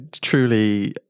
truly